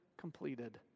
completed